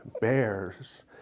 bears